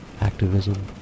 activism